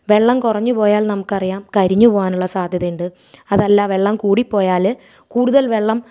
വെള്ളം കുറഞ്ഞ് പോയാൽ നമുക്കറിയാം കരിഞ്ഞ് പോവാനുള്ള സാധ്യതയുണ്ട് അതല്ലാ വെള്ളം കൂടിപ്പോയാൽ കൂടുതൽ വെള്ളം